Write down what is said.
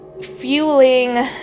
fueling